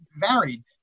varied